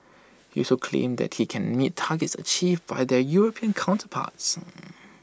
he also claimed that he can meet targets achieved by their european counterparts